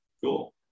Cool